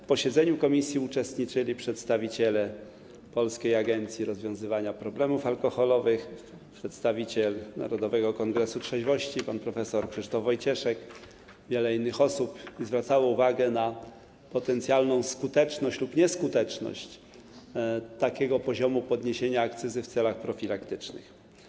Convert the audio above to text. W posiedzeniu komisji uczestniczyli przedstawiciele Państwowej Agencji Rozwiązywania Problemów Alkoholowych, przedstawiciel Narodowego Kongresu Trzeźwości pan prof. Krzysztof Wojcieszek, wiele innych osób, i zwracali uwagę na potencjalną skuteczność lub nieskuteczność takiego poziomu podniesienia akcyzy w celach profilaktycznych.